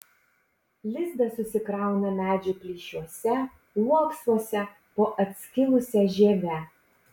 lizdą susikrauna medžių plyšiuose uoksuose po atskilusia žieve